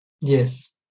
Yes